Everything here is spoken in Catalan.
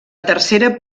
tercera